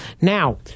Now